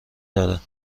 داره